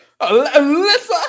Alyssa